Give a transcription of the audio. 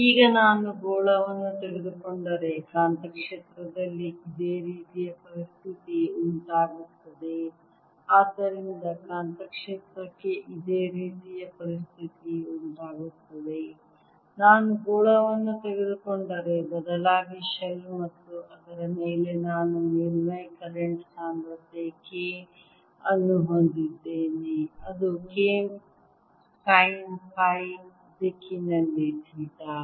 ಈಗ ನಾನು ಗೋಳವನ್ನು ತೆಗೆದುಕೊಂಡರೆ ಕಾಂತಕ್ಷೇತ್ರದಲ್ಲಿ ಇದೇ ರೀತಿಯ ಪರಿಸ್ಥಿತಿ ಉಂಟಾಗುತ್ತದೆ ಆದ್ದರಿಂದ ಕಾಂತಕ್ಷೇತ್ರಕ್ಕೆ ಇದೇ ರೀತಿಯ ಪರಿಸ್ಥಿತಿ ಉಂಟಾಗುತ್ತದೆ ನಾನು ಗೋಳವನ್ನು ತೆಗೆದುಕೊಂಡರೆ ಬದಲಾಗಿ ಶೆಲ್ ಮತ್ತು ಅದರ ಮೇಲೆ ನಾನು ಮೇಲ್ಮೈ ಕರೆಂಟ್ ಸಾಂದ್ರತೆ ಕೆ ಅನ್ನು ಹೊಂದಿದ್ದೇನೆ ಅದು K ಸೈನ್ ಫೈ ದಿಕ್ಕಿನಲ್ಲಿ ಥೀಟಾ